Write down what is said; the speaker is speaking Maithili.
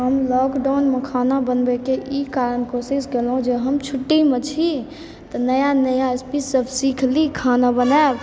हम लॉकडाउनमे खाना बनबैके ई कारण कोशिश कयलहुँ जे हम छुट्टीमे छी तऽ नया नया रेसीपी सब सीख ली खाना बनैब